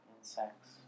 insects